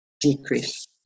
decrease